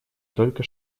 только